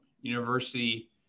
university